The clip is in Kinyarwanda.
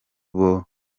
bakunze